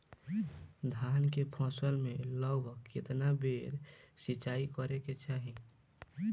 धान के फसल मे लगभग केतना बेर सिचाई करे के चाही?